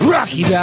Rocky